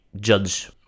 judge